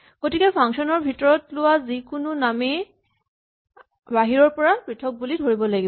গতিকে ফাংচন ৰ ভিতৰত লোৱা যিকোনো নামেই বাহিৰৰ পৰা পৃথক বুলি ধৰিব লাগিব